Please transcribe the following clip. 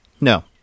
No